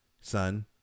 son